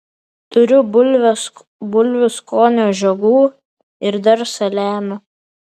turiu bulvių skonio žiogų ir dar saliamio